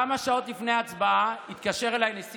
כמה שעות לפני ההצבעה התקשר אלי נשיא